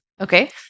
Okay